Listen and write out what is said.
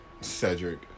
Cedric